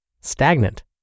stagnant